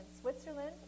Switzerland